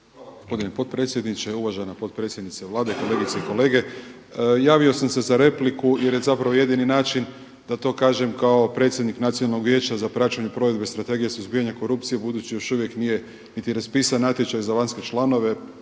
Gospodine potpredsjedniče, uvažena potpredsjednice Vlade, kolegice i kolege. Javio sam se za repliku jer je zapravo jedini način da to kažem kao predsjednik Nacionalnog vijeća za praćenje provedbe strategije suzbijanja korupcije budući još uvijek nije niti raspisan natječaj za vanjske članove,